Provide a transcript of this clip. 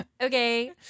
Okay